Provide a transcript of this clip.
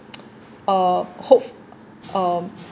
uh hope uh